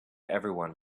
everyone